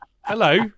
Hello